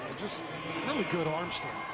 just really good arm so